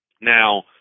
Now